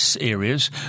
areas